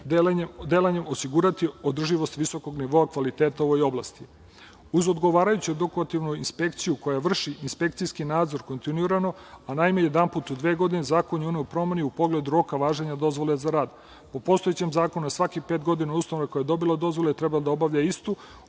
delanjem osigurani održivost visokog nivoa kvaliteta u ovoj oblasti. Uz odgovarajuću edukativnu inspekciju koja vrši inspekcijski nadzor kontinuirano, a najmanje jedanput u dve godine, zakon je uneo promene i u pogledu roka važenja dozvole za rad. U postojećem zakonu je svaki pet godina ustanova koja je dobila dozvolu treba da obnavlja istu,